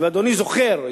ואדוני זוכר,